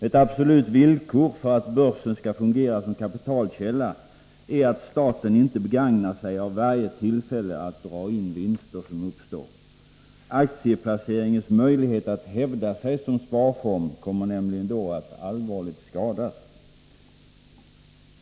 Ett absolut villkor för att börsen skall fungera som kapitalkälla är att staten inte begagnar varje tillfälle att dra in vinster som uppstår. Aktieplaceringens möjlighet att hävda sig som sparform kommer nämligen då att allvarligt skadas.